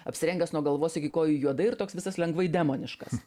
apsirengęs nuo galvos iki kojų juodai ir toks visas lengvai demoniškas